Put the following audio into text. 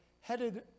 headed